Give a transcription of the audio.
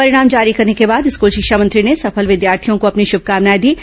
परिणाम जारी करने के बाद स्कूल शिक्षा मंत्री ने सफल विद्यार्थियों को अपनी शुभकामनाएं दीं